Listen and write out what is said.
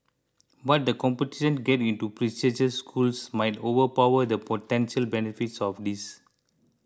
but the competition to get into prestigious schools might overpower the potential benefits of this